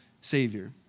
Savior